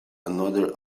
another